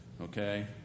Okay